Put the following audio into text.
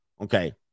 Okay